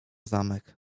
zamek